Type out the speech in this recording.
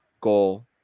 goal